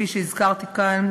כפי שהזכרתי כאן,